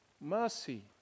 Mercy